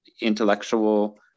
intellectual